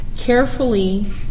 Carefully